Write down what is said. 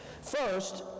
First